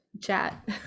chat